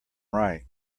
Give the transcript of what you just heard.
right